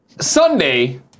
Sunday